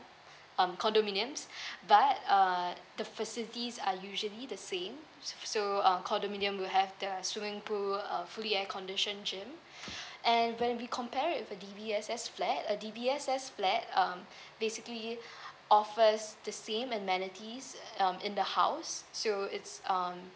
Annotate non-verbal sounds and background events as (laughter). um condominiums (breath) but uh the facilities are usually the same s~ so condominium will have their swimming pool uh free air condition gym (breath) and when we compare it with a D_B_S_S flat a D_B_S_S flat um basically offers the same amenities um in the house so it's um